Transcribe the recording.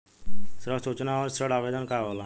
ऋण सूचना और ऋण आवेदन का होला?